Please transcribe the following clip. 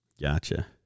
Gotcha